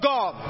God